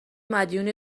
مدیون